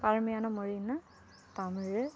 பழமையான மொழின்னால் தமிழ்